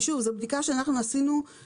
ושוב, זאת בדיקה שאנחנו עשינו.